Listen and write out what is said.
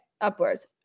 upwards